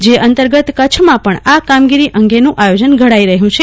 જે અંતર્ગત કચ્છમાં પણ આ કામગીરી અંગેનું આયોજન ઘડાઈ રહયું છે